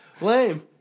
Lame